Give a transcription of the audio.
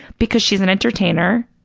because she's an entertainer.